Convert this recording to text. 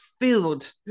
filled